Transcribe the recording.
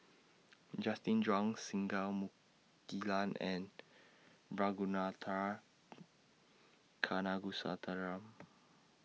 Justin Zhuang Singai Mukilan and Ragunathar Kanagasuntheram